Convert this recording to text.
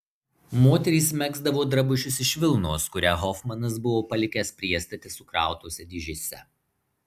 moterys megzdavo drabužius iš vilnos kurią hofmanas buvo palikęs priestate sukrautose dėžėse